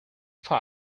five